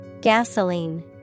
Gasoline